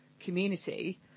community